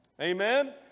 Amen